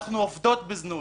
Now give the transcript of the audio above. אנחנו עובדות בזנות,